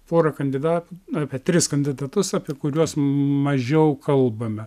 porą kandidatų apie tris kandidatus apie kuriuos mažiau kalbame